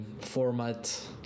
format